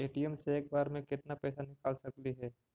ATM से एक बार मे केत्ना पैसा निकल सकली हे?